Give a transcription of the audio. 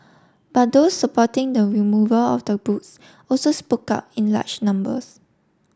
but those supporting the removal of the books also spoke up in large numbers